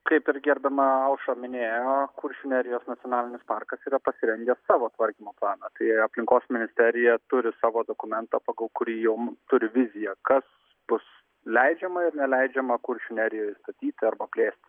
kaip ir gerbiama aušra minėjo kuršių nerijos nacionalinis parkas yra pasirengę savo tvarkymo planą tai aplinkos ministerija turi savo dokumentą pagal kurį jiem turi viziją kas bus leidžiama ir neleidžiama kuršių nerijoj statyt arba plėst